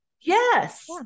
Yes